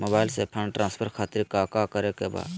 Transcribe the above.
Mobile से fund transfer खातिर काका करे के बा?